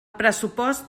pressupost